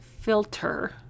filter